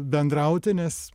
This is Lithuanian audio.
bendrauti nes